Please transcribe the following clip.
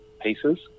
pieces